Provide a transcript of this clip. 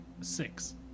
Six